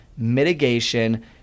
mitigation